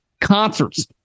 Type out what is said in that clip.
Concerts